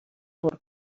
пур